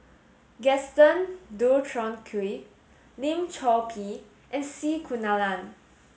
Gaston Dutronquoy Lim Chor Pee and C Kunalan